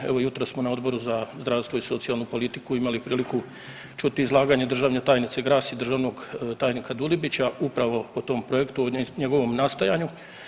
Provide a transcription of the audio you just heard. Evo jutros smo na Odboru za zdravstvo i socijalnu politiku imali čuti izlaganje državne tajnice Gras i državnog tajnika Dulibića upravo o tom projektu, o njegovom nastajanju.